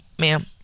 ma'am